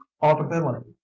audibility